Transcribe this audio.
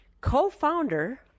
co-founder